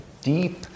deep